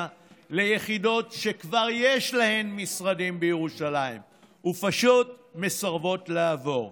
ליחידות שכבר יש להן משרדים בירושלים ופשוט מסרבות לעבור.